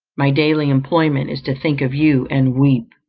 my daily employment is to think of you and weep,